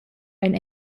ein